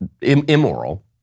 immoral